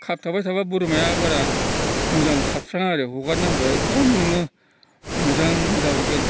खाबथाबाय थाब्ला बोरमाया बारा मोजां साबस्राङा आरो हगारना होब्ला एगदम नोङो मोजां जाबोगोन